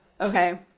Okay